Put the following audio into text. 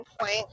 point